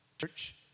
Church